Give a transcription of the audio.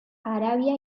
arabia